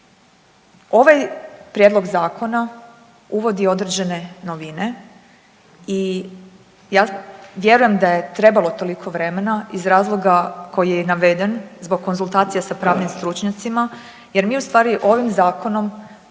Ovaj prijedlog zakona uvodi određene novine i ja vjerujem da je trebalo toliko vremena iz razloga koji je i naveden zbog konzultacija sa pravnim stručnjacima. Jer mi u stvari ovim zakonom zaobilazimo